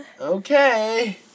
Okay